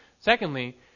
Secondly